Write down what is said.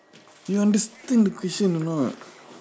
you understand the question or not